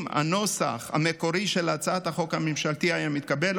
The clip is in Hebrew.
אם הנוסח המקורי של הצעת החוק הממשלתית היה מתקבל,